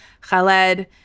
Khaled